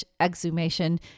exhumation